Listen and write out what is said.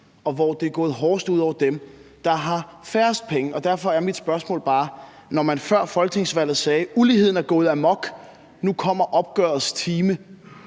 og hvor det er gået hårdest ud over dem, der har færrest penge. Derfor er mit spørgsmål bare: Før folketingsvalget sagde man, at uligheden er gået amok og nu kommer opgørets time.